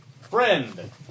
Friend